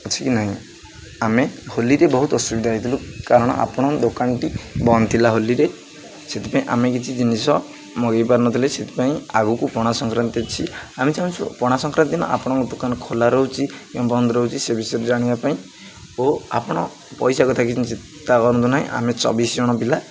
କିଛି ବି ନାହିଁ ଆମେ ହୋଲିରେ ବହୁତ ଅସୁବିଧା ହେଇଥିଲୁ କାରଣ ଆପଣ ଦୋକାନଟି ବନ୍ଦ ଥିଲା ହୋଲିରେ ସେଥିପାଇଁ ଆମେ କିଛି ଜିନିଷ ମଗାଇ ପାରୁନଥିଲେ ସେଥିପାଇଁ ଆଗକୁ ପଣା ସଂକ୍ରାନ୍ତି ଅଛି ଆମେ ଚାହୁଁଛୁ ପଣା ସଂକ୍ରାନ୍ତିି ଦିନ ଆପଣ ଦୋକାନ ଖୋଲା ରହୁଛି କିମ୍ବା ବନ୍ଦ ରହୁଛି ସେ ବିଷୟରେ ଜାଣିବା ପାଇଁ ଓ ଆପଣ ପଇସା କଥା କରନ୍ତୁ ନାହିଁ ଆମେ ଚବିଶି ଜଣ ପିଲା